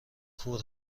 کور